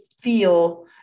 feel